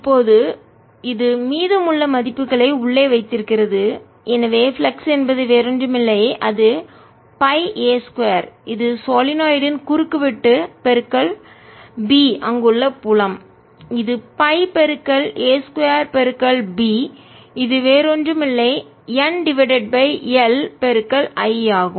இப்போது இது மீதம் உள்ள மதிப்புகளை உள்ளே வைத்திருக்கிறது எனவே ஃப்ளக்ஸ் என்பது வேறு ஒன்றும் இல்லை அது π a 2 இது சொலினாய்டு யின் குறுக்குவெட்டு B அங்குள்ள புலம் இது பைa 2B இது வேறு ஒன்றும் இல்லை N divided by L I ஆகும்